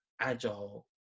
agile